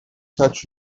touch